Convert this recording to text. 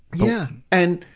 yeah. and,